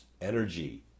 energy